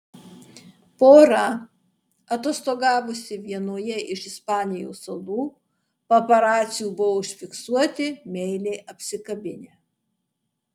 pora atostogavusi vienoje iš ispanijos salų paparacių buvo užfiksuoti meiliai apsikabinę